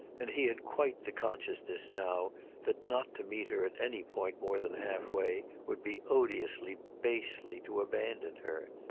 and he had quite the consciousness now that not to meet her at any point more than halfway would be odiously, basely to abandon her.